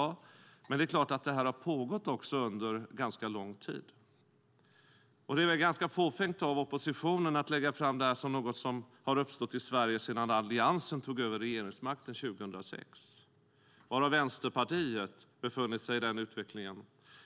Men det är klart att det här har pågått under ganska lång tid. Det är rätt fåfängt av oppositionen att lägga fram det här som något som har uppstått i Sverige sedan Alliansen tog över regeringsmakten 2006. Var har Vänsterpartiet befunnit sig i den utvecklingen?